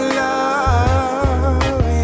love